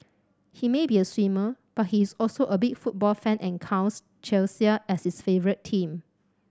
he may be a swimmer but he is also a big football fan and counts Chelsea as his favourite team